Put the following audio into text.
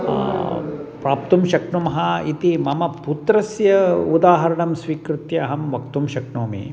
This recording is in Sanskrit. प्राप्तुं शक्नुमः इति मम पुत्रस्य उदाहरणं स्वीकृत्य अहं वक्तुं शक्नोमि